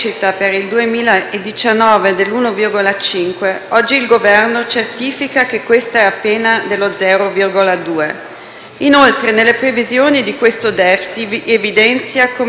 Questo vuol dire due cose: che l'Italia è sull'orlo della recessione economica e che questa recessione è il risultato anche di politiche profondamente sbagliate.